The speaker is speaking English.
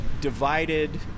divided